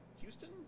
Houston